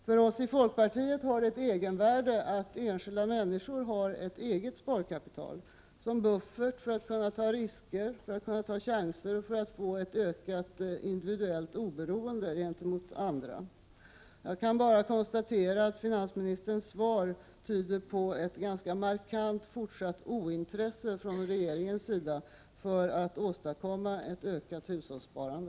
För oss i folkpartiet har det ett egenvärde att enskilda människor har ett eget sparkapital som buffert för att kunna ta risker, för att kunna ta chanser och för att få ett ökat individuellt oberoende gentemot andra. Jag kan bara konstatera att finansministerns svar tyder på ett ganska markant fortsatt ointresse från regeringens sida för att åstadkomma ett ökat hushållssparande.